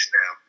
now